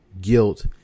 guilt